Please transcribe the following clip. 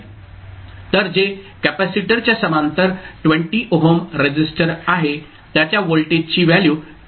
तर जे कॅपेसिटरच्या समांतर 20 ओहम रेसिस्टर आहे त्याच्या व्होल्टेजची व्हॅल्यू काय असेल